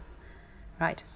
right